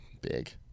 Big